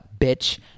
bitch